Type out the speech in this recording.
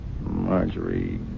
Marjorie